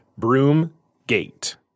Broomgate